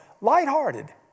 Light-hearted